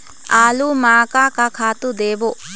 आलू म का का खातू देबो?